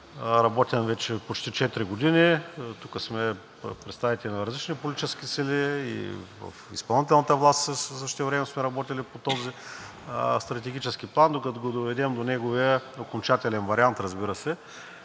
работим вече почти четири години. Тук сме представители на различни политически сили и в изпълнителната власт в същото време сме работили по този Стратегически план, докато го доведем до неговия окончателен вариант, разбира се.